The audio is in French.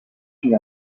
une